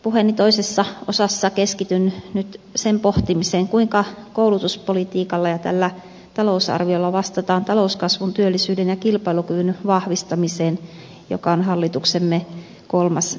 puheeni toisessa osassa keskityn nyt sen pohtimiseen kuinka koulutuspolitiikalla ja tällä talousarviolla vastataan talouskasvun työllisyyden ja kilpailukyvyn vahvistamiseen joka on hallituksemme kolmas suuri tavoite